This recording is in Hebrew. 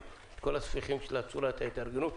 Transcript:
את כל הספיחים של צורת ההתארגנות.